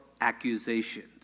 accusations